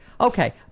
Okay